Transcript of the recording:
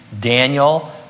Daniel